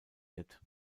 wird